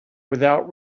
without